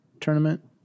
tournament